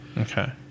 Okay